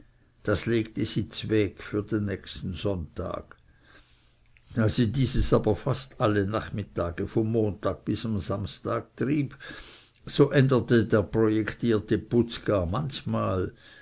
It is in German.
das legte sie zweg für den nächsten sonntag da sie dieses aber fast alle nachmittage vom montag bis am samstag trieb so änderte der projektierte putz gar manchmal